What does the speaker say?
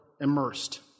immersed